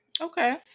Okay